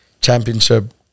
championship